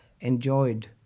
enjoyed